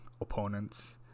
opponents